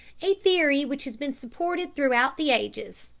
a theory which has been supported throughout the ages.